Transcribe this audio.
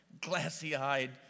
glassy-eyed